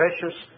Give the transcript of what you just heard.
precious